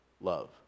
love